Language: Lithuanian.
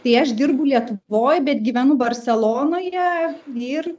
tai aš dirbu lietuvoj bet gyvenu barselonoje ir